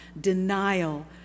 denial